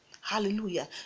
hallelujah